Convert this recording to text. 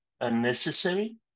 unnecessary